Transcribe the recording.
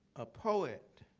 a poet,